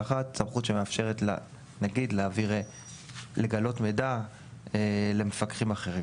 (1)." סמכות שמאפשרת לנגיד לגלות מידע למפקחים אחרים.